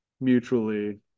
mutually